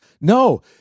No